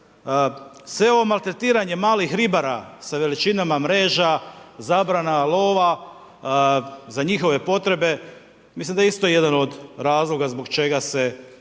Sve ovo maltretiranje malih ribara sa veličinama mreža, zabrana lova za njihove potrebe, mislim da je isto jedan od razloga zbog čega se bježi